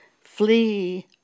Flee